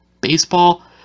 baseball